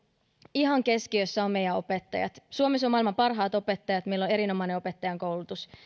ihan keskiössä ovat meidän opettajat suomessa on maailman parhaat opettajat meillä on erinomainen opettajankoulutus